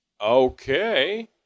Okay